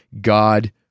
God